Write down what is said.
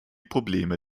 probleme